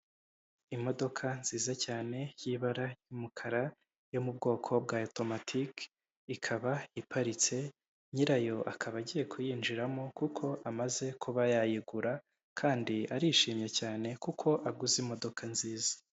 Imodoka nziza cyane y'ibara y'umukara yo mu bwoko bwa otomatike, ikaba iparitse nyirayo akaba agiye kuyinjiramo kuko amaze kuba yayigura kandi arishimye cyane kuko aguze imodoka nziza.